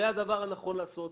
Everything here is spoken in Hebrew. זה הדבר הנכון לעשות.